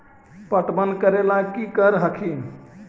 पटबन करे ला की कर हखिन?